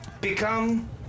Become